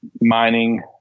mining